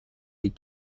des